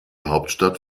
hauptstadt